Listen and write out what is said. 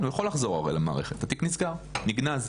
הוא יכול לחזור, הרי למערכת, התיק נסגר, נגנז.